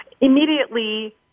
immediately